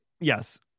Yes